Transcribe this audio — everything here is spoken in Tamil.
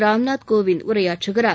ராம்நாத் கோவிந்த் உரையாற்றுகிறார்